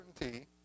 certainty